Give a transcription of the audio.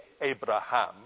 Abraham